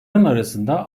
arasında